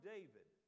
David